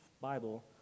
Bible